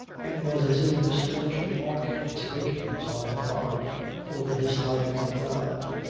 it was as if misfortune marked its victims on the forehead for the dislike of the crowd.